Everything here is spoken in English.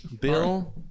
Bill